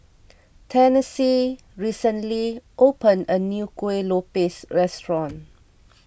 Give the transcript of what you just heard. Tennessee recently opened a new Kueh Lopes restaurant